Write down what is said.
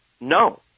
no